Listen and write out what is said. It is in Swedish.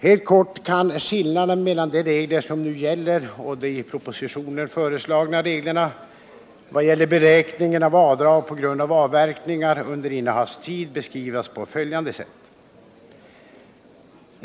Helt kort kan skillnaden mellan de regler som nu gäller och de i propositionen föreslagna reglerna vad gäller beräkningen av avdrag på grund av avverkningar under innehavstiden beskrivas på följande sätt.